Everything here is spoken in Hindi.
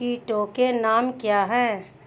कीटों के नाम क्या हैं?